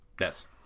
Yes